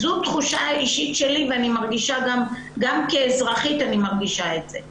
זאת תחושה אישית שלי וגם כאזרחית אני מרגישה את זה.